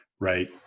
Right